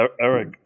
Eric